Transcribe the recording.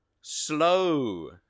slow